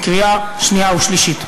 לקריאה שנייה ושלישית.